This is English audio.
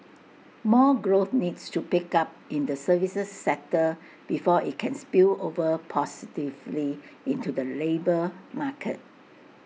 more growth needs to pick up in the services sector before IT can spill over positively into the labour market